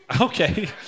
Okay